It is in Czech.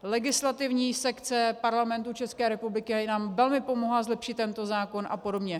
Legislativní sekce Parlamentu České republiky nám velmi pomohla zlepšit tento zákon apod.